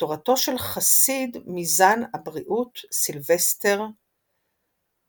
ותורתו של חסיד מזון הבריאות סילבסטר גרהם,